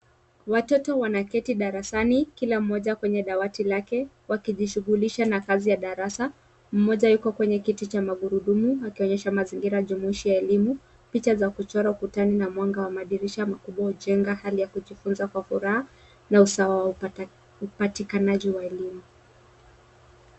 Watoto wanaketi darasani, kila mmoja kwenye dawati lake, wakijishughulisha na kazi ya darasa. Mmoja yuko kwenye kiti cha magurudumu akionyesha mazingira jumuishi ya elimu. Picha za kuchora ukutani na mwanga wa madirisha makubwa hujenga hali ya kujifunza kwa furaha na usawa wa upatikanaji wa elimu.